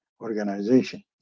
organization